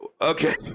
Okay